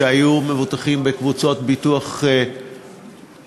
שהיו מבוטחים בפוליסות ביטוח קבוצתיות,